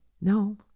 No